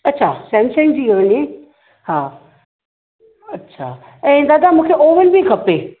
अछा सैमसंग जी हूंदी हा अछा ऐं दादा मुंखे ओवन बि खपे